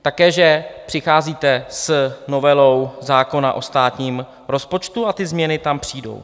Také že přicházíte s novelou zákona o státním rozpočtu a ty změny tam přijdou.